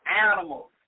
animals